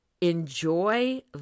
enjoy